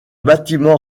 bâtiment